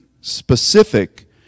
specific